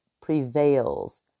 prevails